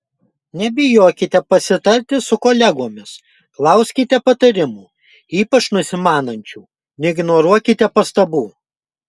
nebijokite pasitarti su kolegomis klauskite patarimų ypač nusimanančių neignoruokite pastabų